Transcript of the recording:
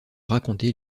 raconter